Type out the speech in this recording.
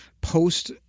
Post